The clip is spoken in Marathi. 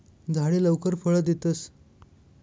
झाडे लवकर फळ देतस